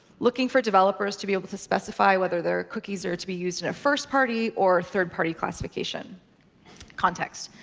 looking for developers to be able to specify whether their cookies are to be used in a first-party or third-party classification context.